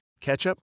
ketchup